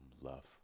love